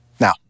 Now